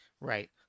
Right